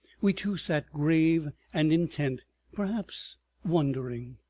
we two sat grave and intent perhaps wondering.